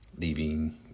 leaving